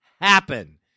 happen